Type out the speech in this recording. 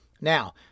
Now